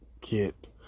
Get